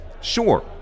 sure